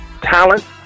talent